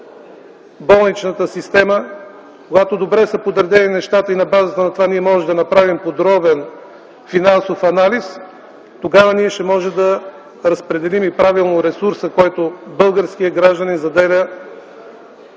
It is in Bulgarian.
болнична система, добре са подредени нещата и на базата на това можем да направим подробен финансов анализ, тогава ще можем да разпределим правилно и ресурса, който българските граждани заделят,